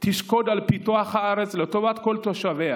תשקוד על פיתוח הארץ לטובת כל תושביה,